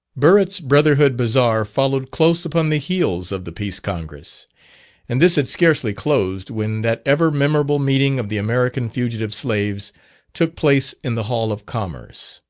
burritt's brotherhood bazaar followed close upon the heels of the peace congress and this had scarcely closed, when that ever-memorable meeting of the american fugitive slaves took place in the hall of commerce.